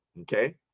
okay